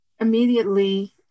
Immediately